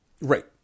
Right